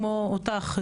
כמו אותך,